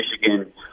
Michigan